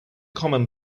common